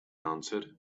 answered